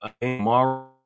tomorrow